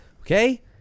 Okay